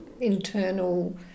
internal